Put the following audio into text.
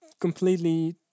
completely